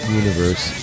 universe